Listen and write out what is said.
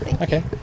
Okay